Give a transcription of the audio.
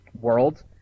world